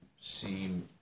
seem